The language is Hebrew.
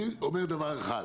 אני אומר דבר אחד,